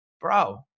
bro